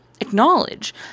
acknowledge